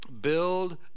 Build